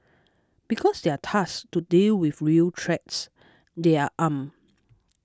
because they are tasked to deal with real threats they are armed